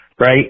right